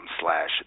slash